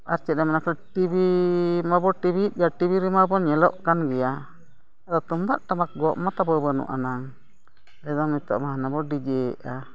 ᱟᱨ ᱪᱮᱫ ᱴᱤᱵᱷᱤ ᱢᱟᱵᱚᱱ ᱴᱤᱵᱷᱤᱭᱮᱫ ᱜᱮᱭᱟ ᱴᱤᱵᱷᱤ ᱨᱮᱢᱟ ᱵᱚᱱ ᱧᱮᱞᱚᱜ ᱠᱟᱱ ᱜᱮᱭᱟ ᱛᱩᱢᱫᱟᱜ ᱴᱟᱢᱟᱠ ᱜᱚᱜ ᱢᱟᱛᱚ ᱵᱟᱹᱱᱩᱜ ᱟᱱᱟᱝ ᱟᱫᱚ ᱱᱤᱛᱚᱝ ᱢᱟ ᱦᱟᱱᱮ ᱵᱚᱱ ᱰᱤᱡᱮᱭᱮᱜᱼᱟ